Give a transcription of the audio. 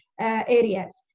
areas